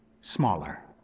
smaller